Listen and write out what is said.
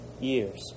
years